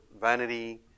vanity